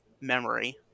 memory